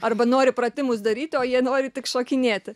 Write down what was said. arba nori pratimus daryti o jie nori tik šokinėti